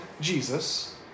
Jesus